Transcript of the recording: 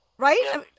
Right